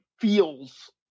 feels